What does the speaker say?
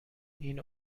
این